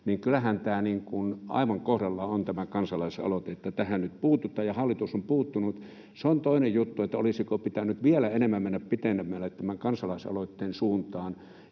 kyllähän tämä kansalaisaloite aivan kohdallaan on, se, että tähän nyt puututaan ja hallitus on puuttunut. Se on toinen juttu, olisiko pitänyt vielä enemmän mennä pitemmälle tämän kansalais-aloitteen suuntaan.